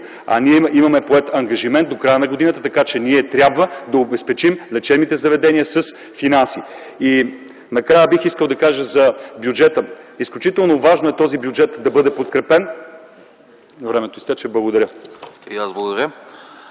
Имаме поет ангажимент до края на годината, така че трябва да обезпечим лечебните заведения с финанси. Накрая бих искал да кажа за бюджета. Изключително важно е този бюджет да бъде подкрепен. (Председателят дава